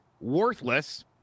worthless